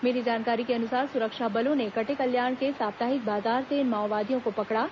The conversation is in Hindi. मिली जानकारी के अनुसार सुरक्षा बलों ने कटेकल्याण के साप्ताहिक बाजार से इन माओवादियों को पकड़ा